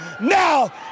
now